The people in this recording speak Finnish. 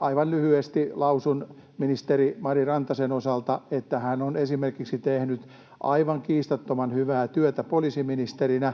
Aivan lyhyesti lausun ministeri Mari Rantasen osalta, että hän on esimerkiksi tehnyt aivan kiistattoman hyvää työtä poliisiministerinä